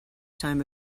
time